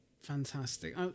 fantastic